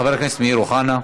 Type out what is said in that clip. חבר הכנסת אמיר אוחנה,